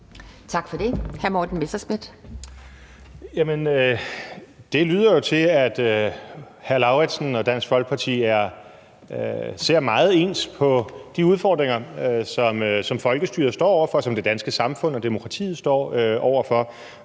Kl. 12:07 Morten Messerschmidt (DF): Det lyder jo til, at hr. Karsten Lauritzen og Dansk Folkeparti ser meget ens på de udfordringer, som folkestyret står over for, og som det danske samfund og demokratiet står over for.